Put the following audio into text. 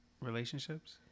relationships